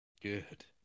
good